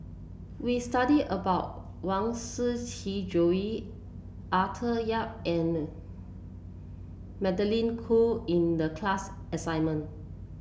we studied about Huang Shiqi Joan Arthur Yap and Magdalene Khoo in the class assignment